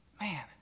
man—